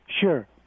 Sure